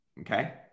Okay